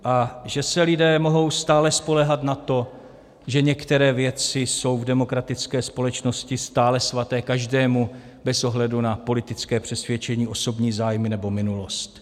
A že se lidé mohou stále spoléhat na to, že některé věci jsou v demokratické společnosti stále svaté každému bez ohledu na politické přesvědčení, osobní zájmy nebo minulost.